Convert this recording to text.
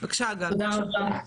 תודה רבה,